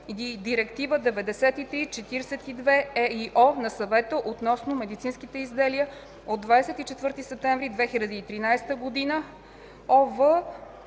Директива 93/42/ЕИО на Съвета относно медицинските изделия от 24 септември 2013 г. (ОВ,